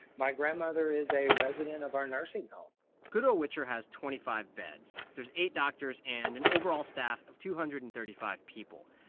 my grandmother is a resident of our nursing home goodall-witcher has twenty five beds. there's eight doctors and an overall staff of two hundred and thirty five people.